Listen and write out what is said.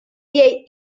jej